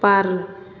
बार